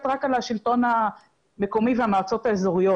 רק על השלטון המקומי והמועצות האזוריות,